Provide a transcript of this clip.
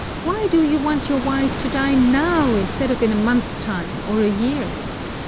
why do you want your wife to die now, instead of in a month's time, or a year's?